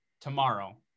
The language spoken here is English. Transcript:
tomorrow